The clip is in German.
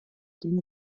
den